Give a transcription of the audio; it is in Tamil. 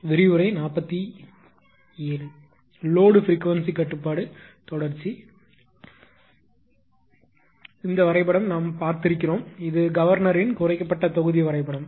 எனவே வரைபடம் நாம் பார்த்திருக்கிறோம் இது கவர்னரின் குறைக்கப்பட்ட தொகுதி வரைபடம்